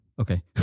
okay